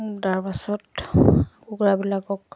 তাৰ পাছত কুকুৰাবিলাকক